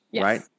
right